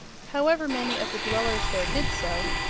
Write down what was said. however many of the dwellers there did so,